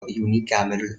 unicameral